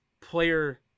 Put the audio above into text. player